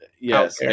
Yes